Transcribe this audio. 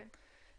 בדיוק.